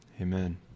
Amen